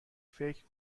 فکر